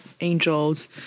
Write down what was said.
angels